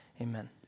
amen